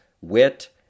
wit